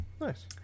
Nice